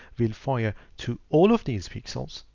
will fire to all of these pixels,